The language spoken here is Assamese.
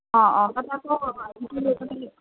অঁ অঁ